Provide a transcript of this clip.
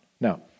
Now